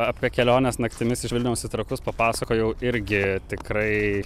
apie keliones naktimis iš vilniaus į trakus papasakojau irgi tikrai